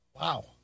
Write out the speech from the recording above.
Wow